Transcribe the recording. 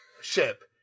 ship